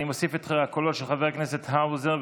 אני מוסיף הקולות של חבר הכנסת האוזר,